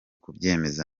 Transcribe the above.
kubyemeza